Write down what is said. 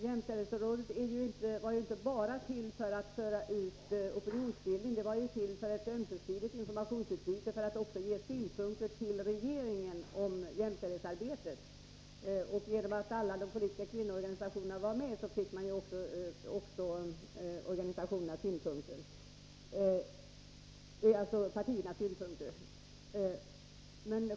Jämställdhetsrådet fanns ju inte till bara för opinionsbildningens skull utan för ett ömsesidigt informationsutbyte och för att framföra synpunkter till regeringen på jämställdhetsarbetet. Genom att alla de politiska kvinnoorganisationerna var representerade fick man ju också partiernas synpunkter.